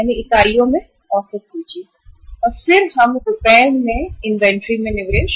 इकाइयों में औसत सूची और फिर हमें करना होगा इन्वेंट्री रुपये में निवेश बाहर काम करते हैं रुपये में इन्वेंट्री में निवेश करते हैं